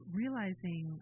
realizing